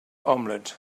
omelette